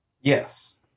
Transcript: Yes